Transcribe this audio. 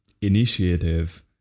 initiative